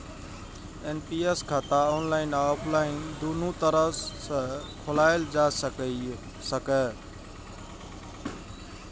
NPS खाता online आ offline, दुनू तरह सं खोलाएल जा सकैए